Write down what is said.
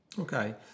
Okay